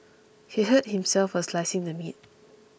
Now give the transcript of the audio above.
he hurt himself while slicing the meat